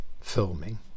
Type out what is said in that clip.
filming